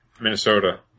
Minnesota